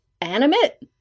animate